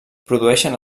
produeixen